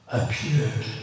appeared